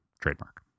Trademark